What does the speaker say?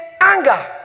anger